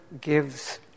gives